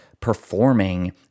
performing